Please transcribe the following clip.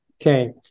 Okay